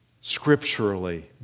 scripturally